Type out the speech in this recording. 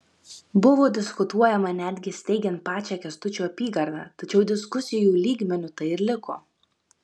buvo diskutuojama netgi steigiant pačią kęstučio apygardą tačiau diskusijų lygmeniu tai ir liko